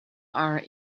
are